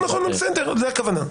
זאת הכוונה.